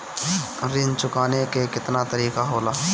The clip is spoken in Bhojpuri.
ऋण चुकाने के केतना तरीका होला?